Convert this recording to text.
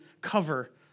cover